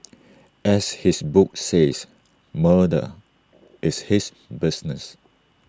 as his book says murder is his business